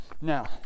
Now